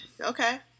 okay